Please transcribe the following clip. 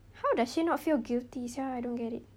how does she not feel guilty sia I don't get it